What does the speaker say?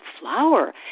flower